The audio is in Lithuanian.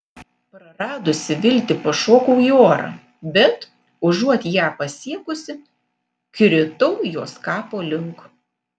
praradusi viltį pašokau į orą bet užuot ją pasiekusi kritau jos kapo link